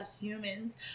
humans